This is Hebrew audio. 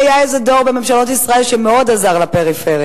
אף-על-פי שהיה איזה דור בממשלות ישראל שמאוד עזר לפריפריה.